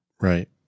right